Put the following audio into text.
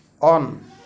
on